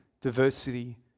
diversity